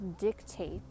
dictate